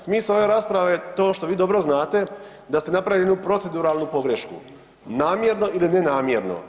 Smisao ove rasprave je to što vi dobro znate da ste napravili jednu proceduralnu pogrešku, namjerno ili nenamjerno.